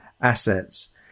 assets